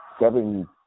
seven